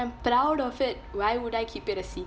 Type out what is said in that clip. I'm proud of it why would I keep it a secret